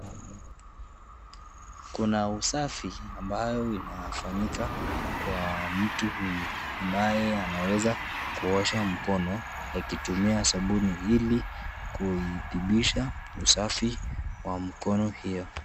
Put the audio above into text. Kuna usafi ambayo inafanyika kwa mtu huyu, ambaye anaweza kuosha mkono akitumia sabuni, ili kuithibisha usafi wa mkono hiyo.